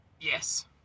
yes